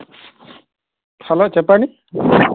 hello చెప్పండి